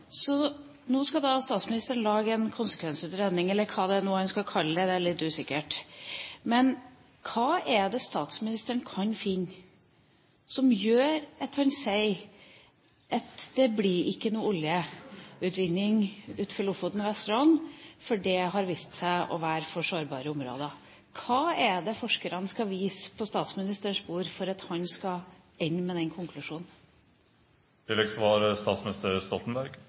Nå skal statsministeren lage en konsekvensutredning, eller hva man nå skal kalle det, det er litt usikkert. Men hva er det statsministeren kan finne som gjør at han sier at det ikke blir noen oljeutvinning utenfor Lofoten og Vesterålen, fordi det viser seg å være for sårbare områder? Hva er det forskerne skal vise på statsministerens bord for at han skal ende med den